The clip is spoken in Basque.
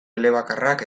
elebakarrak